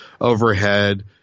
overhead